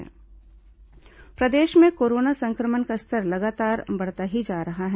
corona मरीज प्रदेश में कोरोना संक्रमण का स्तर लगातार बढ़ता ही जा रहा है